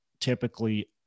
typically